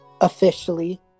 officially